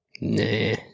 Nah